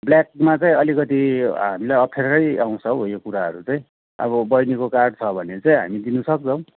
ब्ल्याकमा चाहिँ अलिकति हामीलाई अप्ठ्यारै आउँछ है यो कुरामा चाहिँ अब बैनीको कार्ड छ भने चाहिँ हामी दिनसक्छौँ